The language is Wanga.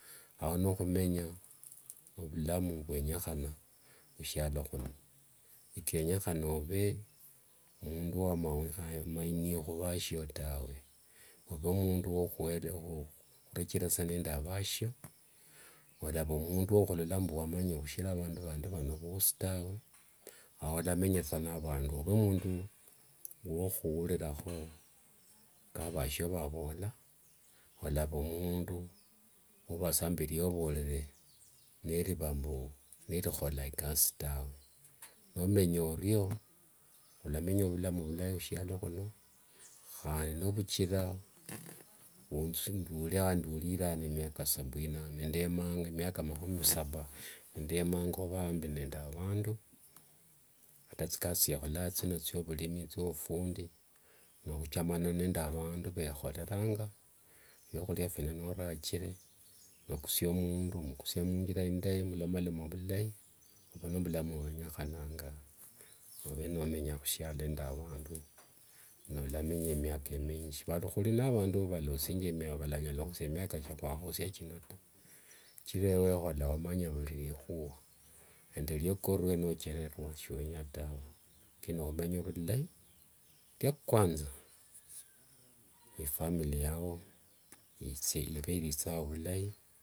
Ao nikhumenya vulamu vwenyekhana khushialo huno. Sikenyekhana ove mundu wainio khuvasiovl tawe. Ove mundu wa khwele khurecherasania ndavasio, wavala mundu wokhulola mbu wamanya khushira a vandu vano vosi tawe. ao walamenya na vandu. Ove mundu wokhu ulirakho kavasio vavola, olava mundu uvasa mbu liovorere, neliva mbu likhola ikasi tawe. nomenye orio walamenya vulamu vulai khushialo khuno. handi novuchira ndule wandurire ano emiaka sabini ano. Endemanga miaka makhumi saba. Endemanga khuva ambi nende avandu, ata thikasi thiekholanga thino, thiovulimi thio vufundi, nekhuchamana nende avandu vekhokeranga. Phiakhulia phino norachire, nokusia mundu, okusia munthira indai mulomamalona vilai, ovo ni vulamu vwenyekhananga, ove niwamenya khusialo nende avandu. nolamanya emiaka minji. Valikhu, khuli navandu valalosinjia, valanyala khwosia miaka chia khwakhosia ta. Sichire ewe wekhola wamanya vuli likhua nende nokererua nochererua, shiwenya tawe. Lakini khumenya vulai, liakwanza. ifamilia yao ithie imberi lithanga vulai.